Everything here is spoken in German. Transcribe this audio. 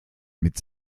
mit